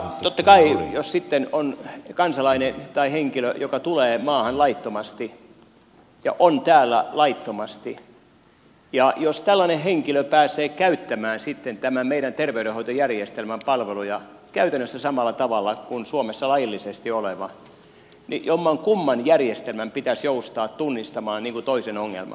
totta kai jos sitten on kansalainen tai henkilö joka tulee maahan laittomasti ja on täällä laittomasti ja jos tällainen henkilö pääsee käyttämään sitten tämän meidän terveydenhoitojärjestelmän palveluja käytännössä samalla tavalla kuin suomessa laillisesti oleva niin jommankumman järjestelmän pitäisi joustaa tunnistamaan toisen ongelma